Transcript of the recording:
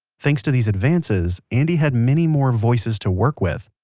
thanks to these advances, andy had many more voices to work with.